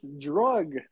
drug